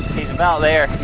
he's about there.